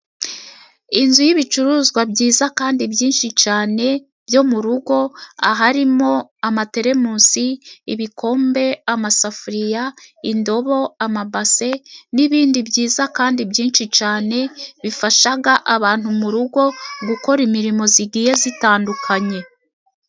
Inzu y'ibicuruzwa byiza kandi byinshi cyane byo mu rugo harimo: amatemusi, ibikombe, amasafuriya, indobo, amabase, n'ibindi byiza kandi byinshi cyane bifasha abantu mu rugo gukora imirimo igiye zitandukanye.